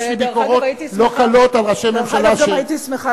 דרך אגב,